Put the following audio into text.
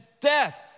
death